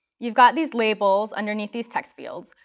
you've got these labels underneath these text fields,